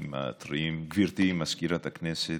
הח"כים הטריים, גברתי מזכירת הכנסת,